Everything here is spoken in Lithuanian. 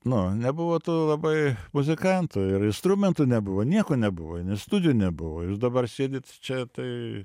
nu nebuvo labai muzikantų ir instrumentų nebuvo nieko nebuvo nė studijų nebuvo jūs dabar sėdit čia tai